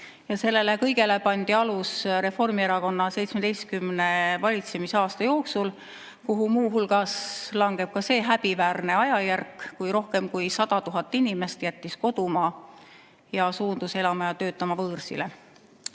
Ja sellele kõigele pandi alus Reformierakonna 17 valitsemisaasta jooksul, kuhu muu hulgas langeb ka see häbiväärne ajajärk, kui rohkem kui 100 000 inimest jättis kodumaa ning suundus elama ja töötama võõrsile.